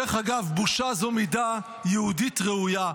דרך אגב, בושה זו מידה יהודית ראויה.